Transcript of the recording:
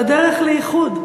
אנחנו בדרך לאיחוד.